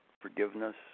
forgiveness